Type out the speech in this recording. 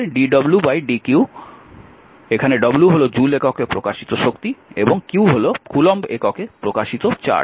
হল w হল joule এককে প্রকাশিত শক্তি এবং q হল কুলম্ব এককে প্রকাশিত চার্জ